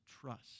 trust